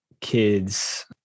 kids